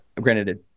granted